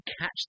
catch